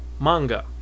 manga